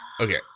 Okay